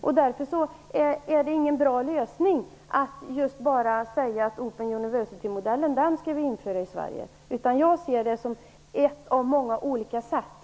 Det är därför inte någon bra lösning att nu införa bara Open University-modellen i Sverige. Jag ser den som en av många olika möjligheter.